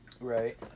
Right